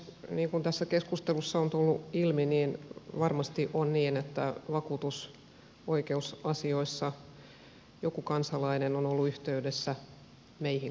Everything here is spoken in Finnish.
niin kuin tässä keskustelussa on tullut ilmi varmasti on niin että vakuutusoikeusasioissa joku kansalainen on ollut yhteydessä meihin kaikkiin